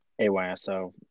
AYSO